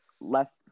left